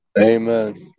Amen